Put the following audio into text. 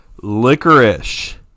Licorice